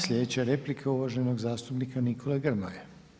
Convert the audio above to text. Slijedeća replika uvaženog zastupnika Nikole Grmoje.